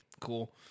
cool